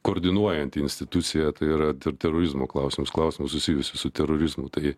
koordinuojanti institucija tai yra terorizmo klausimus klausimų susijusių su terorizmu tai